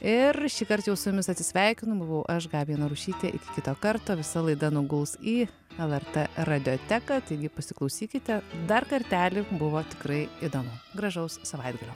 ir šįkart jau su jumis atsisveikinu buvau aš gabija narušytė kito kartą visa laida nuguls į lrt radioteką taigi pasiklausykite dar kartelį buvo tikrai įdomu gražaus savaitgalio